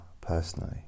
personally